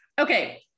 Okay